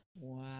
wow